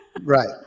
right